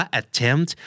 attempt